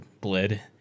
bled